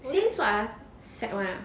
since what ah sec one ah